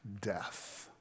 death